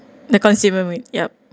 the consumer yup